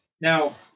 Now